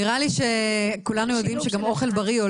מי לא יודע שפירות זה דבר בריא?